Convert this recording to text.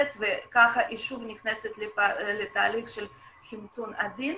וכך היא שוב נכנסת לתהליך של חימצון עדין.